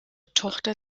tochter